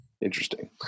Interesting